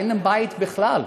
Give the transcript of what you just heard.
אין להם בית בכלל.